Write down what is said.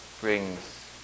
brings